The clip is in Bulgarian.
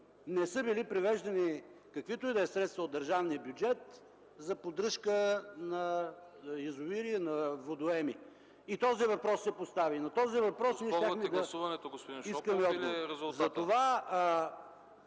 не са били превеждани каквито и да е средства от държавния бюджет за поддръжка на язовири, на водоеми. И този въпрос се постави. На този въпрос ние щяхме да искаме отговор.